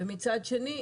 מצד שני,